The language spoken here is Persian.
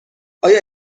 آیا